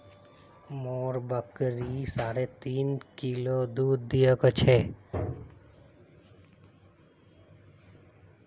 मोर बकरी साढ़े तीन किलो दूध दी छेक